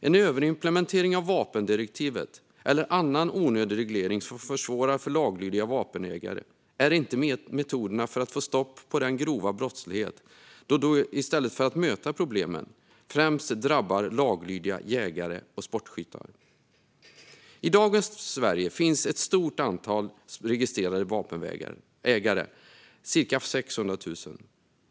En överimplementering av vapendirektivet eller annan onödig reglering som försvårar för laglydiga vapenägare är inte metoderna för att få stopp på den grova brottsligheten då de i stället för att möta problemet främst drabbar laglydiga jägare och sportskyttar. I dagens Sverige finns ett stort antal, ca 600 000, registrerade vapenägare.